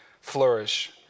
flourish